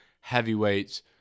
heavyweights